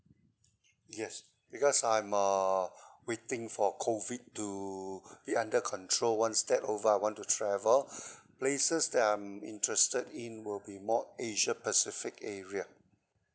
yes because I'm uh waiting for COVID to be under control once that over I want to travel places that I'm interested in will be more asia pacific area